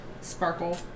sparkle